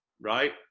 right